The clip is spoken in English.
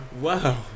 Wow